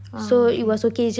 ah okay